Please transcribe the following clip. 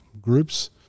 groups